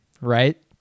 right